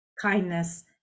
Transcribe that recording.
kindness